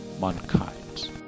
mankind